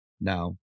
Now